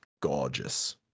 gorgeous